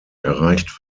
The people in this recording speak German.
erreicht